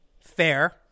fair